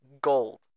gold